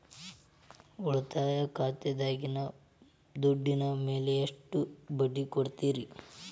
ಉಳಿತಾಯ ಖಾತೆದಾಗಿನ ದುಡ್ಡಿನ ಮ್ಯಾಲೆ ಎಷ್ಟ ಬಡ್ಡಿ ಕೊಡ್ತಿರಿ?